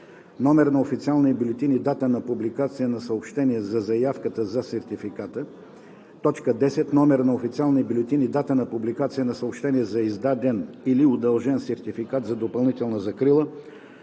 номер на официалния бюлетин и дата на публикация на съобщение за заявката за сертификат; 10. номер на официалния бюлетин и дата на публикация на съобщение за издаден/удължен сертификат за допълнителна закрила;